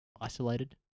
isolated